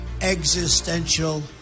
existential